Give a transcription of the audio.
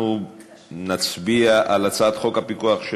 אנחנו נצביע על הצעת חוק הפיקוח על